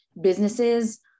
businesses